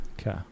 Okay